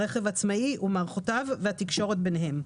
הרכב העצמאי ומערכותיו והתקשורת ביניהם: